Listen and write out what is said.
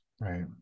Right